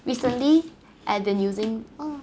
recently I've been using uh